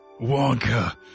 Wonka